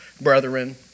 brethren